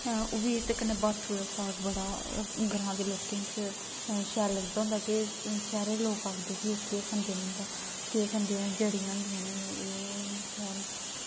ओह्बी एह् ते कन्नै बाथो दा साग बड़ा ग्रांऽ दे लोकें च शैल लगदा कि शैह्रें दे लोग आंदे ते केह् खंदे इत्थें केह् खंदे न जड़ियां होंदियां न एह्